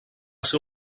ser